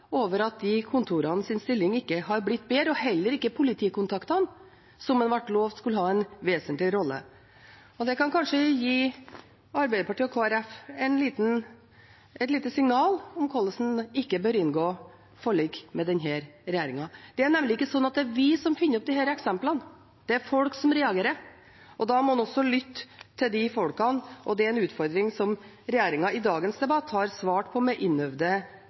over at kontorenes stilling ikke har blitt bedre – og heller ikke politikontaktenes, som en ble lovd skulle ha en vesentlig rolle. Det kan kanskje gi Arbeiderpartiet og Kristelig Folkeparti et lite signal om hvordan en ikke bør inngå forlik med denne regjeringen. Det er nemlig ikke vi som finner på disse eksemplene. Det er folk som reagerer, og da må en også lytte til de folkene, og det er en utfordring som regjeringen i dagens debatt har svart på med innøvde